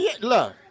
Look